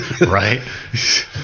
Right